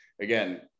Again